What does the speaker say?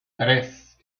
tres